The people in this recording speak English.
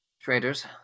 Traders